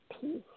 peace